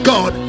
God